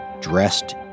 dressed